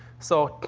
so,